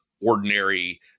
ordinary